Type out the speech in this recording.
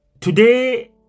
today